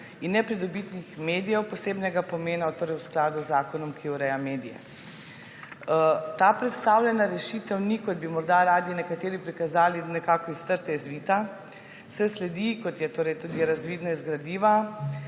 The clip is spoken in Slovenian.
in nepridobitnih medijev posebnega pomen v skladu z zakonom, ki ureja medije. Ta predstavljena rešitev ni, kot bi morda radi nekateri prikazali, nekako iz trte izvita, saj sledi, kot je tudi razvidno iz gradiva,